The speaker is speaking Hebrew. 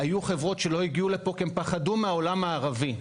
היו חברות שלא הגיעו לפה כי הן פחדו מהעולם הערבי.